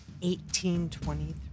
1823